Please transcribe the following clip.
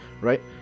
Right